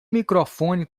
microfone